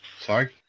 Sorry